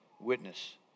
witness